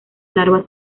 larvas